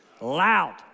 Loud